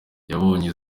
yabonye